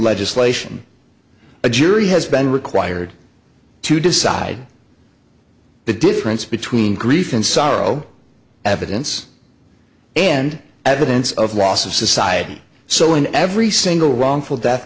legislation a jury has been required to decide the difference between grief and sorrow evidence and evidence of loss of society so in every single wrongful death